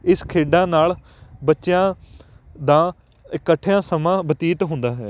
ਇਸ ਖੇਡਾਂ ਨਾਲ਼ ਬੱਚਿਆਂ ਦਾ ਇਕੱਠਿਆਂ ਸਮਾਂ ਬਤੀਤ ਹੁੰਦਾ ਹੈ